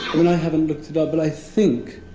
and i haven't looked it up. but i think